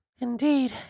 Indeed